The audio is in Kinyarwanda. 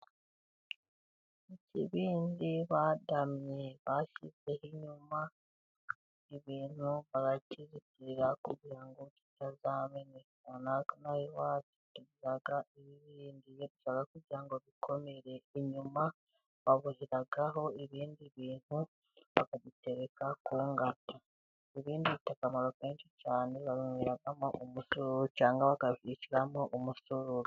Mu kibindi bashyizeho inyuma ibintu barakizitira kugira ngo bitazameneka. Natwe ino aha iwacu tugira ibibindi. Bidufitiye akamaro kanini. bashyiraho ibindi bintu bakagitereka ku ngata. Ibibindi bifite akamaro kenshi cyane. Babishyiramo umutobe cyangwa bakabishyiramo umusururu.